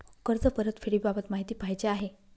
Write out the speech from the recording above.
कर्ज परतफेडीबाबत माहिती पाहिजे आहे